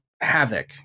havoc